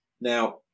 now